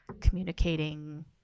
communicating